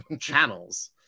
channels